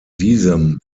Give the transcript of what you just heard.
diesem